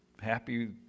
happy